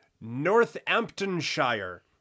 Northamptonshire